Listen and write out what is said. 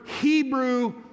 Hebrew